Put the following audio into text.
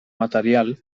material